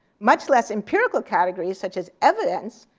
much less empirical categories such as evidence,